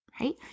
right